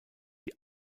die